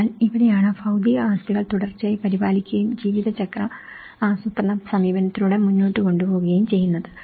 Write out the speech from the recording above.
അതിനാൽ ഇവിടെയാണ് ഭൌതിക ആസ്തികൾ തുടർച്ചയായി പരിപാലിക്കുകയും ജീവിതചക്ര ആസൂത്രണ സമീപനത്തിലൂടെ മുന്നോട്ട് കൊണ്ടുപോകുകയും ചെയ്യുന്നത്